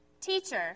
teacher